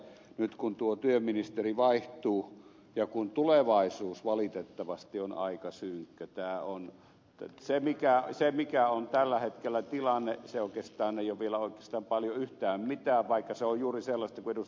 nyt kun tuo työministeri vaihtuu ja kun tulevaisuus valitettavasti on aika synkkä niin se mikä on tällä hetkellä tilanne ei oikeastaan ole vielä paljon yhtään mitään vaikka se on juuri sellaista kuin ed